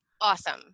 Awesome